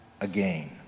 again